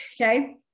okay